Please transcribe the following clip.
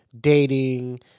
dating